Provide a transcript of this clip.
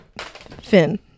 Finn